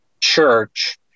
church